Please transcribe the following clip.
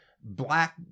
black